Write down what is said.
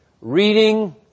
reading